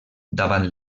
davant